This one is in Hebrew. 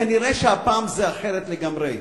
כנראה שהפעם זה אחרת לגמרי.